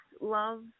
love